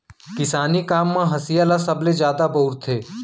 किसानी काम म हँसिया ल सबले जादा बउरथे